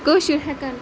کٲشرۍ ہیٚکن